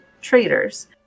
traders